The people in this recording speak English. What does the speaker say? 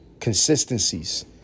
consistencies